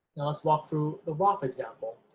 let's walk through the roth example.